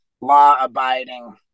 law-abiding